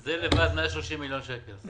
רק הסעיף הזה 130 מיליון שקל,